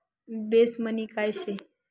Base money काय शे?